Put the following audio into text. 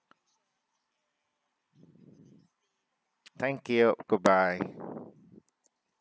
thank you goodbye